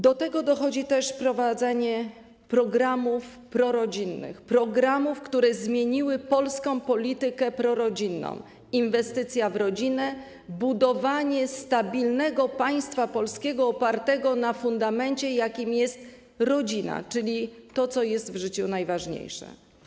Do tego dochodzi też wprowadzenie programów prorodzinnych - programów, które zmieniły polską politykę prorodzinną - inwestycja w rodzinę, budowanie stabilnego państwa polskiego opartego na fundamencie, jakim jest rodzina, czyli na tym, co jest w życiu najważniejsze.